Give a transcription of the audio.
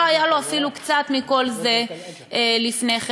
לא היה לו אפילו קצת מכל זה לפני כן.